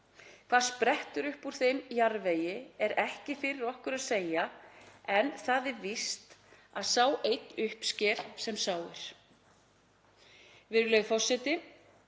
Hvað sprettur úr þeim jarðvegi er ekki fyrir okkur að segja en það er víst að sá einn uppsker sem sáir. Við eigum söngvara